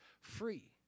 free